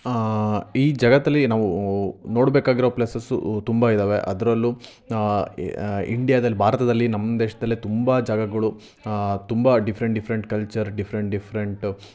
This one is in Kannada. ಈ ಜಗತ್ತಲ್ಲಿ ನಾವು ನೋಡಬೇಕಾಗಿರೋ ಪ್ಲೇಸಸ್ಸು ತುಂಬ ಇದ್ದಾವೆ ಅದರಲ್ಲೂ ಇಂಡ್ಯಾದಲ್ಲಿ ಭಾರತದಲ್ಲಿ ನಮ್ಮ ದೇಶದಲ್ಲೆ ತುಂಬ ಜಾಗಗಳು ತುಂಬ different different culture different different